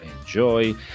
enjoy